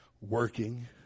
Working